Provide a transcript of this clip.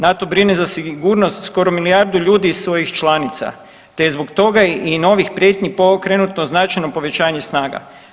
NATO brine za sigurnost skoro milijardu ljudi iz svojih članica te je zbog toga i novih prijetnji pokrenuto značajno povećanje snaga.